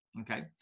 Okay